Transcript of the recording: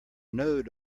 node